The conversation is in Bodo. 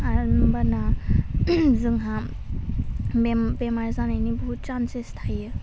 आर होनबाना जोंहा बेम बेमार जानायनि बहुत सान्चेस थायो